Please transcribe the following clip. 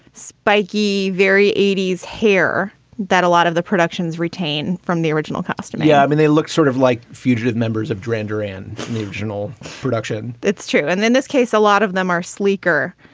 spiky, very eighty s hair that a lot of the productions retained from the original costume yeah. i mean, they look sort of like fugitive members of grandeur in the original production it's true. and in this case, a lot of them are sleeker.